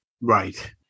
right